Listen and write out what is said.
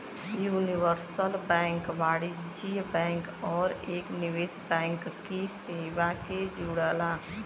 universal bank वाणिज्यिक bank आउर एक निवेश बैंक की सेवा के जोड़ला